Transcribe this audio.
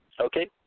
Okay